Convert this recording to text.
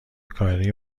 کاری